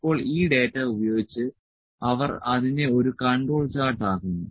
ഇപ്പോൾ ഈ ഡാറ്റ ഉപയോഗിച്ച് അവർ അതിനെ ഒരു കൺട്രോൾ ചാർട്ട് ആക്കുന്നു